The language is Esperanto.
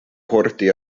porti